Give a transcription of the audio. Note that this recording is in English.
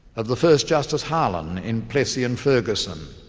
of the first justice harlan in plessy and ferguson,